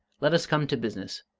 let us come to business.